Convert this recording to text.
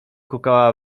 kukała